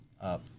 up